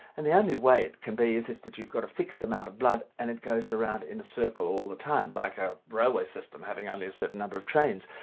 and the only way it can be is that you've got a fixed amount of blood and it goes around in a circle all the time, like a railway system having only a certain number of trains.